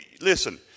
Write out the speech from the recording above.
Listen